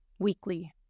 Weekly